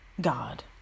God